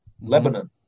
Lebanon